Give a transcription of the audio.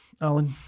alan